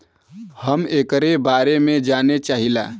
हम एकरे बारे मे जाने चाहीला?